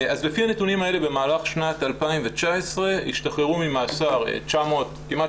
אז לפי הנתונים האלה במהלך שנת 2019 השתחררו ממאסר כמעט